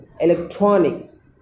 electronics